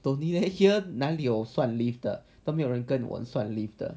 don't need leh here 那里有算 leave 的都没有人跟我算 leave 的